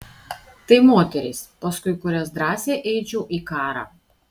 tai moterys paskui kurias drąsiai eičiau į karą